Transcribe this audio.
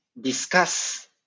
discuss